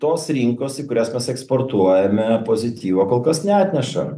tos rinkos į kurias mes eksportuojame pozityvo kol kas neatneša